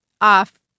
off